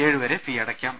ഏഴു വരെ ഫീ അടയ്ക്കാം